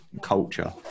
culture